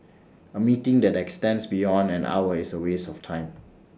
A meeting that extends beyond an hour is A waste of time